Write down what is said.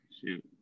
Shoot